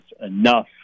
enough